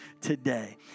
today